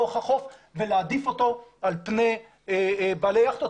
להעדיף אותו על פני בעלי יכטות,